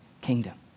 kingdom